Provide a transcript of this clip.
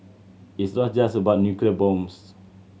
it's not just about nuclear bombs